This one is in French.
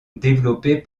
développée